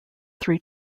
three